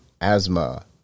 asthma